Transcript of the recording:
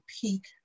peak